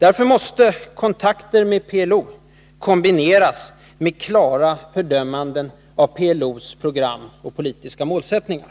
Därför måste kontakter med PLO kombineras med klara fördömanden av PLO:s program och politiska målsättningar.